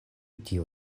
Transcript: tio